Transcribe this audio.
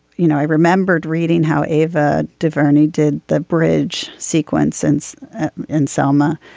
you know i remembered reading how eva duvernay did the bridge sequence since in selma.